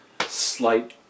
slight